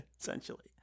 Essentially